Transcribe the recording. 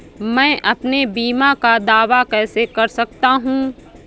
मैं अपने बीमा का दावा कैसे कर सकता हूँ?